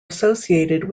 associated